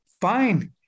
Fine